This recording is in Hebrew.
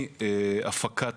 הפקת